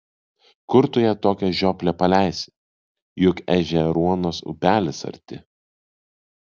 kur tu ją tokią žioplę paleisi juk ežeruonos upelis arti